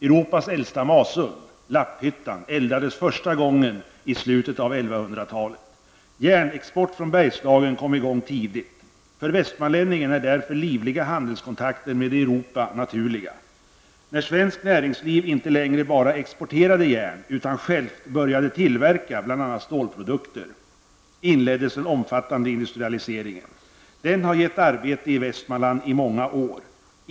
Europas äldsta masugn -- Lapphyttan -- eldades första gången i slutet av 1100-talet. Järnexport från Bergslagen kom i gång tidigt. För västmanlänningen är därför livliga handelskontakter med Europa naturliga. När svenskt näringsliv inte längre bara exporterade järn utan självt började tillverka bl.a. stålprodukter, inleddes den omfattande industrialiseringen. Den har gett arbete i Västmanland i många år.